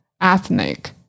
ethnic